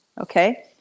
Okay